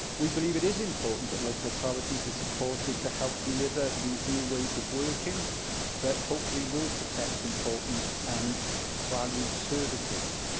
we believe it is important that local authorities are supported to help deliver these new ways of working that hopefully will protect important and valued services.